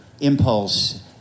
impulse